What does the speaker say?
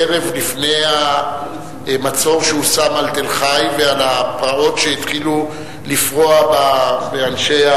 ערב לפני שהמצור שהושם על תל-חי והפרעות שהתחילו לפרוע באנשי,